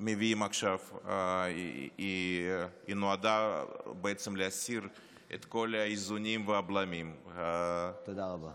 מביאים עכשיו נועדה בעצם להסיר את כל האיזונים והבלמים כדי